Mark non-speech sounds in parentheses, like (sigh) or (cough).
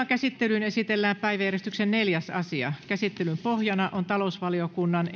(unintelligible) käsittelyyn esitellään päiväjärjestyksen neljäs asia käsittelyn pohjana on talousvaliokunnan (unintelligible)